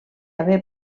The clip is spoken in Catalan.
haver